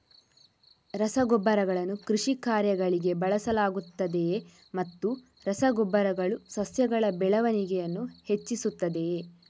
ರಸಗೊಬ್ಬರಗಳನ್ನು ಕೃಷಿ ಕಾರ್ಯಗಳಿಗೆ ಬಳಸಲಾಗುತ್ತದೆಯೇ ಮತ್ತು ರಸ ಗೊಬ್ಬರಗಳು ಸಸ್ಯಗಳ ಬೆಳವಣಿಗೆಯನ್ನು ಹೆಚ್ಚಿಸುತ್ತದೆಯೇ?